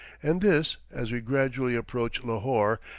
and this, as we gradually approach lahore,